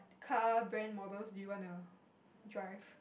car brand models do you wanna drive